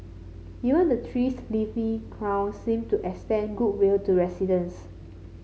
even the tree's leafy crown seemed to extend goodwill to residents